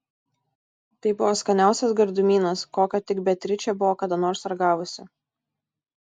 tai buvo skaniausias gardumynas kokio tik beatričė buvo kada nors ragavusi